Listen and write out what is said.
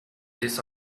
this